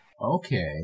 Okay